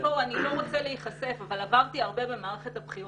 שהם לא רוצים להיחשף אבל עברו הרבה במערכת הבחירות,